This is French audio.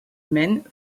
maine